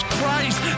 Christ